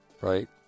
right